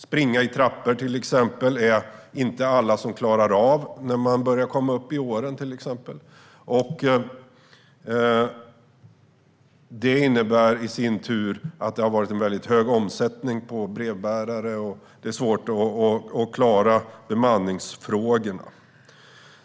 Det är till exempel inte alla som klarar av att springa i trappor när de börjar komma upp i åren. Det innebär i sin tur att det har varit en väldigt hög omsättning på brevbärare och att det är svårt att klara bemanningsfrågorna.